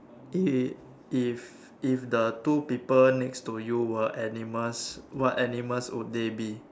it if if the two people next to you were animals what animals would they be